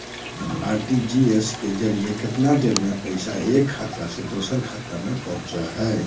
RTGS के जरिए कितना देर में पैसा एक खाता से दुसर खाता में पहुचो है?